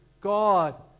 God